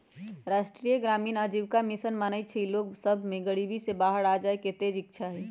राष्ट्रीय ग्रामीण आजीविका मिशन मानइ छइ कि लोग सभ में गरीबी से बाहर आबेके तेज इच्छा हइ